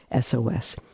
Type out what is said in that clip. SOS